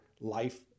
life